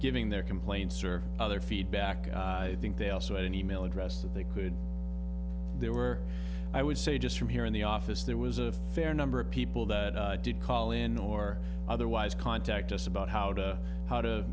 giving their complaints or other feedback i think they also had an email address that they could they were i would say just from here in the office there was a fair number of people that did call in or otherwise contact us about how to how to